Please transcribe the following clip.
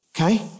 okay